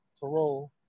parole